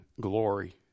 glory